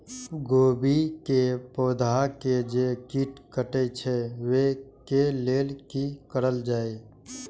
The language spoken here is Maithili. गोभी के पौधा के जे कीट कटे छे वे के लेल की करल जाय?